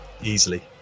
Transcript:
easily